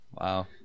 Wow